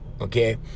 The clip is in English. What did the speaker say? okay